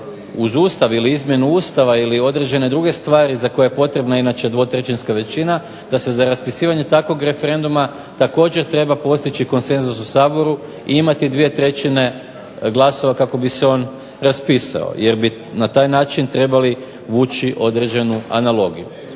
uz Ustav ili izmjenu Ustava ili određene druge stvari za koje je potrebna inače dvotrećinska većina, da se za raspisivanje takvog referenduma također treba postići konsenzus u Saboru i imati dvije trećine glasova kako bi se on raspisao. Jer bi na taj način trebali vući određenu analogiju.